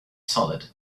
solid